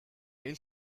rail